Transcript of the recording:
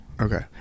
okay